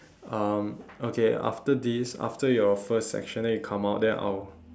um okay after this after your first section then you come out then I'll